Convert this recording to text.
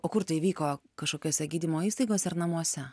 o kur tai vyko kažkokiose gydymo įstaigose ar namuose